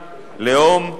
לאום,